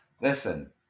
Listen